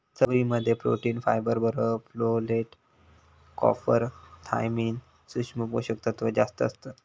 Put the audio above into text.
चवळी मध्ये protein, fibre बरोबर फोलेट, कॉपर, थायमिन, सुक्ष्म पोषक तत्त्व जास्तं असतत